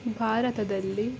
ಭಾರತದಲ್ಲಿ